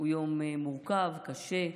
הוא יום מורכב, קשה,